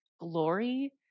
glory